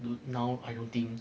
don't now I don't think